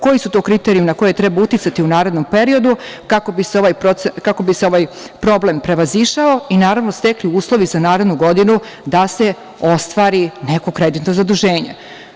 Koji su to kriterijumi na koje treba uticati u narednom periodu kako bi se ovaj problem prevazišao i naravno stekli uslovi za narednu godinu da se ostvari neko kreditno zaduženje.